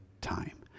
time